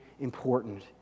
important